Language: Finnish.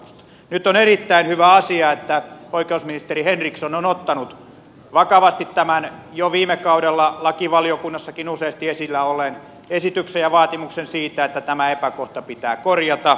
nyt on erittäin hyvä asia että oikeusministeri henriksson on ottanut vakavasti tämän jo viime kaudella lakivaliokunnassakin useasti esillä olleen esityksen ja vaatimuksen siitä että tämä epäkohta pitää korjata